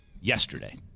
yesterday